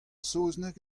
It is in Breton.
saozneg